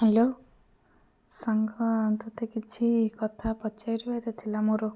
hello ସାଙ୍ଗ ତୋତେ କିଛି କଥା ପଚାରିବାର ଥିଲା ମୋର